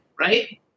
right